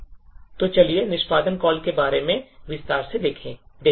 तो चलिए निष्पादन कॉल के बारे में विस्तार से देखते हैं